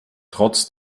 trotz